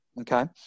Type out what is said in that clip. Okay